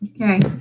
Okay